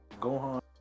Gohan